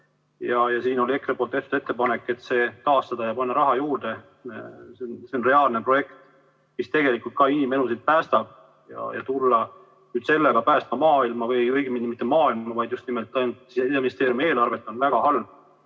Siin oli EKRE‑l tehtud ettepanek, et see taastada ja panna sinna raha juurde. See on reaalne projekt, mis tegelikult ka inimelusid päästab. Tulla nüüd sellega päästma maailma, või õigemini, mitte maailma, vaid just nimelt ainult Siseministeeriumi eelarvet, on väga halb.